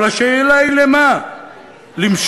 אבל השאלה היא למה למשול.